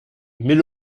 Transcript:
mais